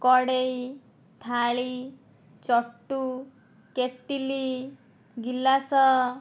କଡ଼େଇ ଥାଳି ଚଟୁ କେଟ୍ଲି ଗିଲାସ